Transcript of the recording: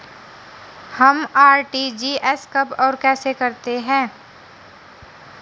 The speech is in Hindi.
हम आर.टी.जी.एस कब और कैसे करते हैं?